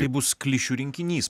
tai bus klišių rinkinys